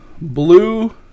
Blue